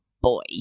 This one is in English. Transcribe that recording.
boy